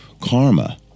Karma